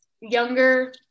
younger